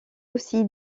aussi